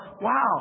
wow